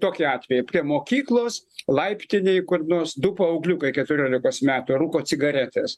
tokį atvejį prie mokyklos laiptinėj kur nors du paaugliukai keturiolikos metų rūko cigaretes